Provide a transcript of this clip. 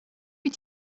wyt